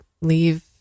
leave